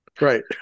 Right